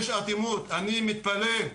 אני מתפלא,